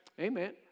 Amen